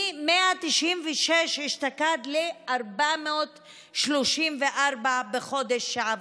מ-196 אשתקד ל-434 בחודש שעבר.